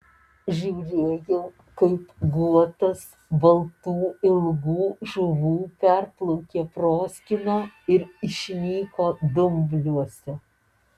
žiūrėjau kaip guotas baltų ilgų žuvų perplaukė proskyną ir išnyko dumbliuose